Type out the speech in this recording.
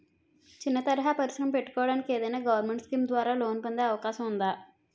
చిన్న తరహా పరిశ్రమ పెట్టుకోటానికి ఏదైనా గవర్నమెంట్ స్కీం ద్వారా లోన్ పొందే అవకాశం ఉందా?